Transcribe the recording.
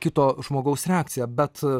kito žmogaus reakciją bet